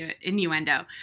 innuendo